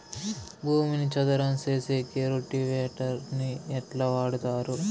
భూమిని చదరం సేసేకి రోటివేటర్ ని ఎట్లా వాడుతారు?